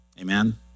Amen